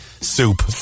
soup